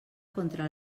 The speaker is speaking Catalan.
contra